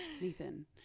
Nathan